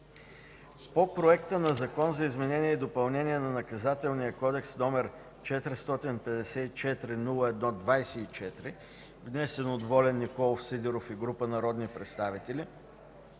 По Проекта на Закона за изменение и допълнение на Наказателния кодекс, № 454-01-24, внесен от Волен Николов Сидеров и група народни представители,